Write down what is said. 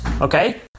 okay